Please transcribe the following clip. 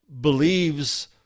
believes